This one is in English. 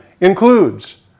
includes